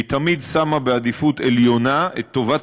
והיא תמיד שמה בעדיפות עליונה את טובת